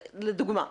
לדוגמה.